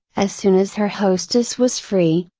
as soon as her hostess was free,